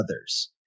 others